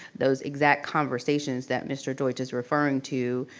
those exact conversations that mr. deutsch is referring to.